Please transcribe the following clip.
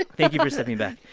ah thank you for stepping back.